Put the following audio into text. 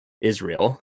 Israel